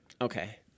Okay